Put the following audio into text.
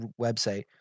website